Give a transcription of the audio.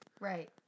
Right